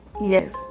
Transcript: Yes